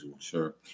Sure